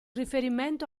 riferimento